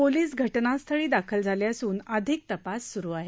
police घटनास्थळी दाखल झाले असून अधिक तपास सुरू आहे